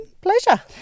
Pleasure